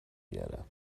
بیارم